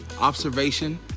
observation